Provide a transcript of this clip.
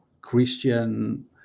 Christian